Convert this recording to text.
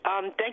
Thank